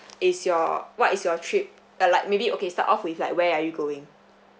is your what is your trip uh like maybe okay start off with like where are you going